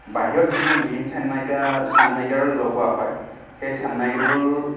বাহিৰত যিটো মেইন চেনমাইকাৰ চানমাইকাৰ লগোৱা হয় সেই চানমাইকাটোৰ